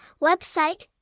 Website